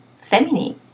feminine